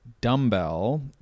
dumbbell